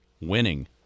winning